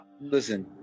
listen